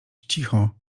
cicho